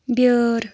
بیٲر